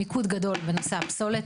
מיקוד גדול בנושא הפסולת,